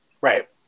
Right